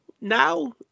now